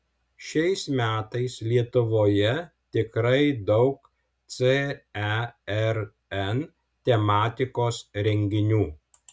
šiais metais lietuvoje tikrai daug cern tematikos renginių